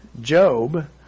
Job